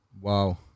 wow